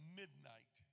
midnight